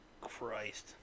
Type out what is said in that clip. Christ